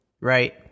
right